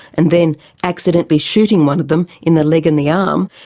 and then accidently shooting one of them in the leg and the arm,